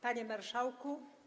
Panie Marszałku!